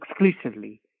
exclusively